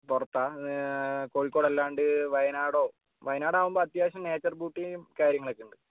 പുറത്താണോ കോഴിക്കോടല്ലാണ്ട് വയനാടോ വയനാടാവുമ്പോൾ അത്യാവശ്യം നേച്ചർ ബ്യൂട്ടിയും കാര്യങ്ങളുമൊക്കെയുണ്ട്